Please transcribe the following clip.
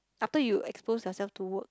after you expose yourself to work